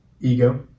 ego